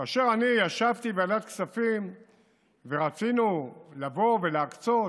כאשר אני ישבתי בוועדת הכספים ורצינו לבוא ולהקצות